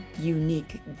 unique